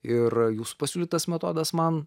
ir jūsų pasiūlytas metodas man